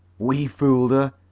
we fooled her,